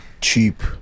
cheap